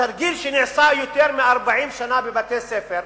התרגיל שנעשה יותר מ-40 שנה בבתי-הספר,